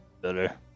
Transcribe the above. better